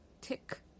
tick